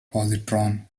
positron